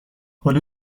هلو